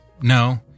No